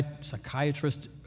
psychiatrist